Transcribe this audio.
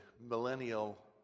millennial